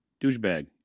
douchebag